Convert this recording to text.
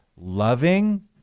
loving